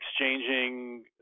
exchanging